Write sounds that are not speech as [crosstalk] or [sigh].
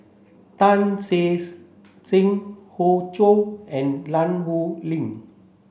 Tan Che [unintelligible] Sang Hoey Choo and [unintelligible]